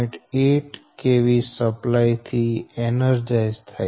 8 kV supply થી energized થાય છે